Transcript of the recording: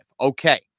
Okay